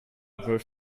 weil